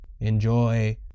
enjoy